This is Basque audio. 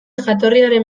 jatorriaren